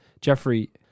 Jeffrey